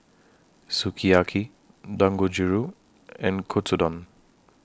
Sukiyaki Dangojiru and Katsudon